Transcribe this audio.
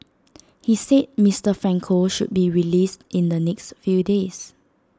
he said Mister Franco should be released in the next few days